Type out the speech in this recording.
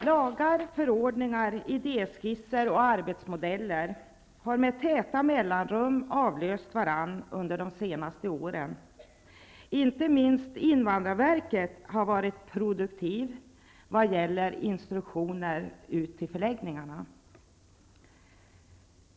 Lagar, förordningar, idéskisser och arbetsmodeller har med täta mellanrum avlöst varandra under de senaste åren. Inte minst invandrarverket har varit produktivt vad gäller instruktioner ut till förläggningarna.